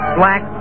black